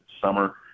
summer